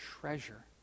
treasure